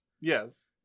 Yes